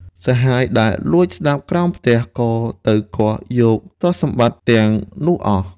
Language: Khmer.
សហាយដែលលួចស្ដាប់ក្រោមផ្ទះ ក៏ទៅគាស់យកទ្រព្យសម្បត្តិទាំងនោះអស់។